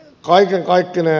aihe on kaikille